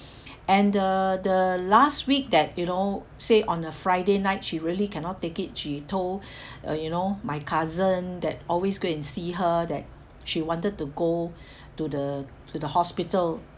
and the the last week that you know say on a friday night she really cannot take it she told uh you know my cousin that always go and see her that she wanted to go to the to the hospital